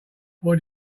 what